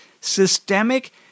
systemic